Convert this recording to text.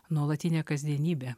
nuolatinė kasdienybė